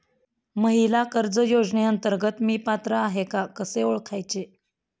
महिला कर्ज योजनेअंतर्गत मी पात्र आहे का कसे ओळखायचे?